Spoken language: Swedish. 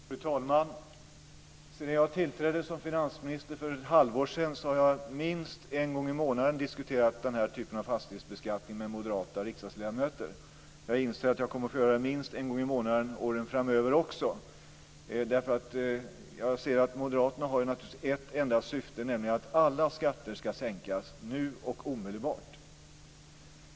Fru talman! Sedan jag tillträdde som finansminister för ett halvår sedan har jag minst en gång i månaden diskuterat den här typen av frågor om fastighetsbeskattning med moderata riksdagsledamöter. Jag inser att jag kommer att få göra det minst en gång i månaden åren framöver också, därför att jag ser att Moderaterna naturligtvis har ett enda syfte, nämligen att alla skatter ska sänkas nu och omedelbart.